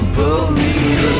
believe